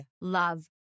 love